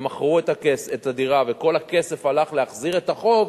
ומכרו את הדירה, וכל הכסף הלך להחזר החוב,